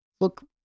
look